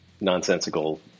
nonsensical